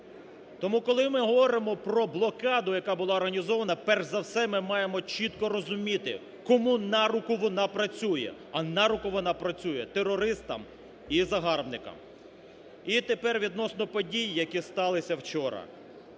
Тому, коли ми говоримо про блокаду, яка була організована, перш за все ми маємо чітко розуміти, кому на руку вона працює. А на руку вона працює терористам і загарбникам. І тепер відносно подій, які сталися вчора.